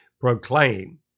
proclaim